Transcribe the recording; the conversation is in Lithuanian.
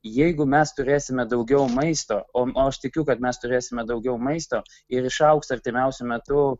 jeigu mes turėsime daugiau maisto o o aš tikiu kad mes turėsime daugiau maisto ir išaugs artimiausiu metu